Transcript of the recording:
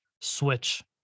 switch